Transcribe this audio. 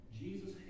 Jesus